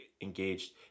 engaged